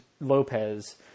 Lopez